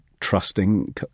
trusting